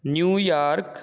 New York